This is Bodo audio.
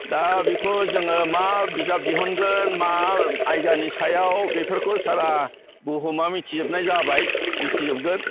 दा बेखौ जोङो मा बिजाब दिहुनगोन मा आयदानि सायाव बेफोरखौ सारा बुहुमा मिथिजोबनाय जाबाय मिथिजोबगोन